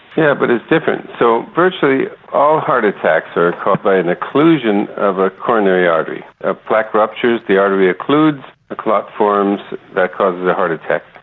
yeah but it's different. so virtually all heart attacks are caused by an occlusion of a coronary artery. a plaque ruptures, the artery occludes, a clot forms causes a heart attack.